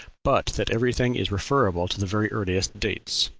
but that everything is referable to the very earliest dates.